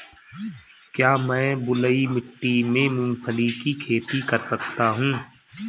क्या मैं बलुई मिट्टी में मूंगफली की खेती कर सकता हूँ?